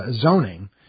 zoning